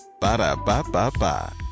Ba-da-ba-ba-ba